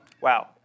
Wow